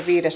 asia